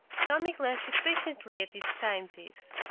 tommy glanced impatiently at his timepiece.